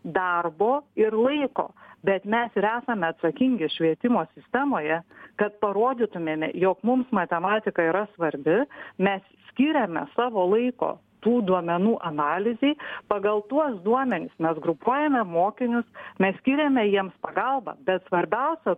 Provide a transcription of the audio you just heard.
darbo ir laiko bet mes ir esame atsakingi švietimo sistemoje kad parodytumėme jog mums matematika yra svarbi mes skiriame savo laiko tų duomenų analizei pagal tuos duomenis mes grupuojame mokinius mes skiriame jiems pagalbą bet svarbiausia